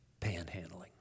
panhandling